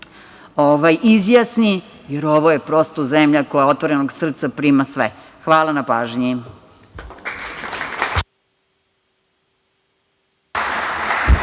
izjasni, jer ovo je prosto zemlja koja otvorenog srca prima sve. Hvala na pažnji.